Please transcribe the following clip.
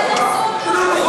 האמת.